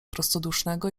prostodusznego